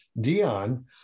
Dion